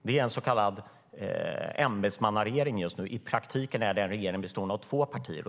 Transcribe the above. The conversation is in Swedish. Det är en så kallad ämbetsmannaregering just nu. I praktiken är det en regering bestående av två partier.